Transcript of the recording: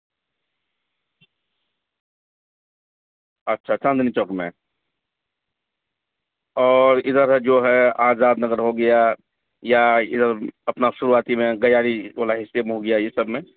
اچھا چاندنی چوک میں اور ادھر جو ہے آزاد نگر ہو گیا یا ادھر اپنا شروعاتی میں گیاری پورا حصہ میں ہو گیا یہ سب میں